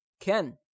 Ken